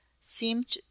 seemed